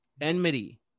enmity